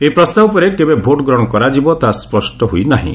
ଏହି ପ୍ରସ୍ତାବ ଉପରେ କେବେ ଭୋଟ୍ ଗ୍ରହଣ କରାଯିବ ତାହା ସ୍ୱଷ୍ଟ ହୋଇନାହିଁ